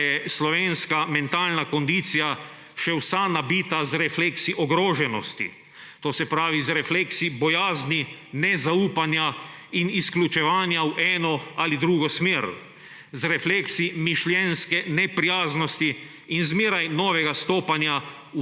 da je slovenska mentalna kondicija še vsa nabita z refleksi ogroženosti. To se pravi z refleksi bojazni, nezaupanja in izključevanja v eno ali drugo smer, z refleksi mišljenjske neprijaznosti in zmeraj novega stopanja